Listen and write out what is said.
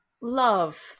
love